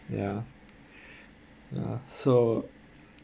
ya ya so